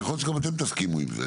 ויכול להיות שגם אתם תסכימו עם זה,